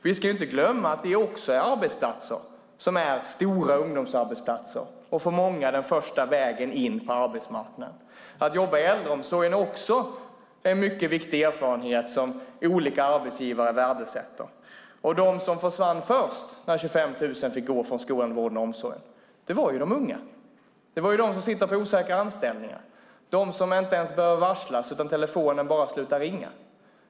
Vi ska inte glömma det också är arbetsplatser som är stora ungdomsarbetsplatser. Det är för många den första vägen in på arbetsmarknaden. Att jobba inom äldreomsorgen är också en erfarenhet som olika arbetsgivare värdesätter. De som försvann först när 25 000 fick gå från skolan, vården och omsorgen var de unga. Det var de som sitter på osäkra anställningar, de som inte ens behöver varslas utan där telefonen bara slutar ringa.